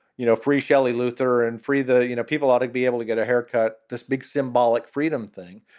you know, free shellie luther and free the you know, people ought to be able to get a haircut. this big symbolic freedom thing,